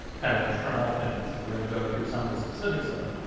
kind of, internal things that we're going to go through some of the specifics of,